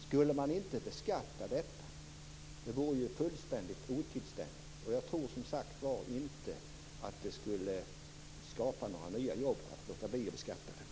Skulle man inte beskatta detta? Det vore ju fullständigt otillständigt. Jag tror som sagt var inte att det skulle skapa några nya jobb att låta bli att beskatta det.